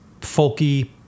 Folky